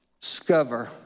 Discover